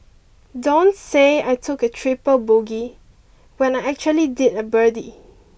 don't say I took a triple bogey when I actually did a birdie